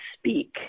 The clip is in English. speak